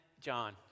John